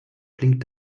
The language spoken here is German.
blinkt